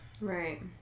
Right